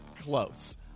close